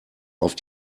auf